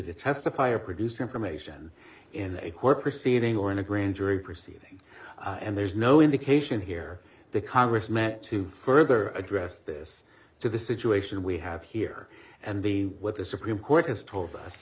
to testify or produce information in a court proceeding or in a grand jury proceeding and there's no indication here the congress met to further address this to the situation we have here and b what the supreme court has told us